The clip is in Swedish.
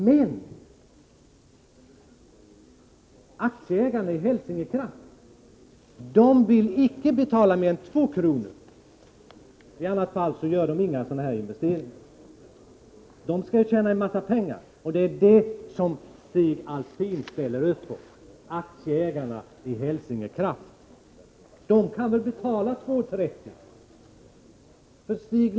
Men aktieägarna i Helsingekraft vill icke betala mer än 2 kr. —-i annat fall gör de inga investeringar. De skall ju tjäna en massa pengar, och det är aktieägarna i Helsingekraft som Stig Alftin ställer upp för. De kan väl betala 2:30.